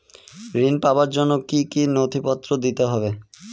ঋণ পাবার জন্য কি কী নথিপত্র দিতে হবে?